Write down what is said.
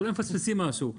אולי מפספסים משהו.